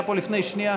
היה פה לפני שנייה.